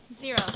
Zero